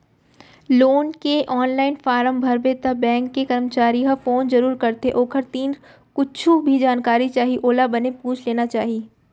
loan के online form भरबे त बेंक के करमचारी ह फोन जरूर करथे ओखर तीर कुछु भी जानकारी चाही ओला बने पूछ लेना चाही